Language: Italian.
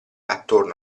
attorno